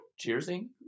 Cheersing